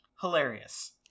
Hilarious